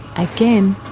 again.